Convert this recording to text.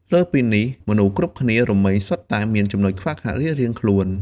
លើសពីនេះ មនុស្សគ្រប់រូបរមែងសុទ្ធតែមានចំណុចខ្វះខាតរៀងៗខ្លួន។